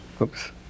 Oops